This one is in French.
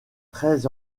très